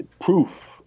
proof